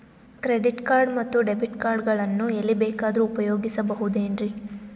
Credit card ಮತ್ತು debit card ಗಳನ್ನು ಎಲ್ಲಿ ಬೇಕಾದ್ರು ಉಪಯೋಗಿಸಬಹುದೇನ್ರಿ?